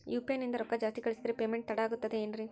UPI ನಿಂದ ರೊಕ್ಕ ಜಾಸ್ತಿ ಕಳಿಸಿದರೆ ಪೇಮೆಂಟ್ ತಡ ಆಗುತ್ತದೆ ಎನ್ರಿ?